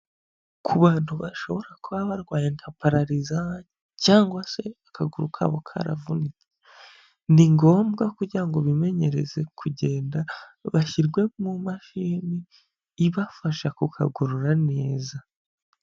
Ku bantu bashobora kuba barwaye nka parariza cyangwa se akaguru kabo karavunitse, ni ngombwa kugira ngo bimenyereze kugenda bashyirwe mu mashini ibafasha kukagorora neza.